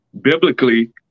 Biblically